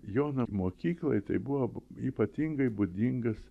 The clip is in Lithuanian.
jo mokyklai tai buvo ypatingai būdingas